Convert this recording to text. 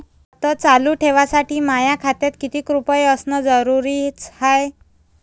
खातं चालू ठेवासाठी माया खात्यात कितीक रुपये असनं जरुरीच हाय?